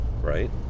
right